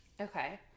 Okay